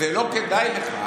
זה לא כדאי לך.